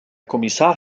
kommissar